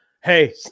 Hey